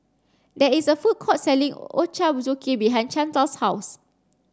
there is a food court selling Ochazuke behind Chantal's house